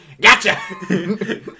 Gotcha